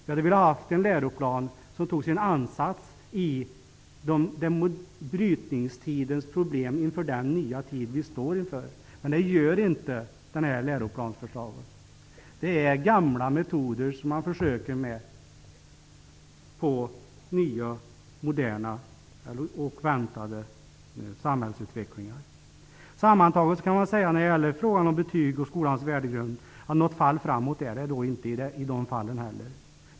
Vi borde därför ha en läroplan som hade sina utgångspunkt i brytningstidens problem och i den nya tid som vi står inför. Det har inte detta förslag till läroplan. Det är gamla metoder man försöker tillämpa på den förväntade samhällsutvecklingen. Sammantaget kan väl sägas när det gäller frågan om betyg och skolans värdegrund att detta inte är något fall framåt.